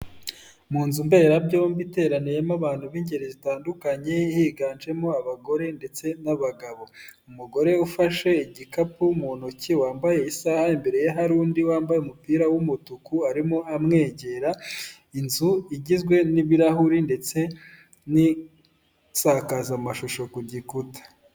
Mu nzu mberabyombi, iteraniyemo abantu b'ingeri zitandukanye, higanjemo abagore ndetse n'abagabo. Umugore ufashe igikapu mu ntoki, wambaye isaha, imbere ye, hari undi wambaye umupira w'umutuku, arimo amwegera. Inzu igizwe n'ibirahuri ndetse n'isakazamashusho ku gikuta.